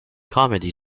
comedy